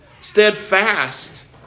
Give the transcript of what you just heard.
steadfast